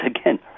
again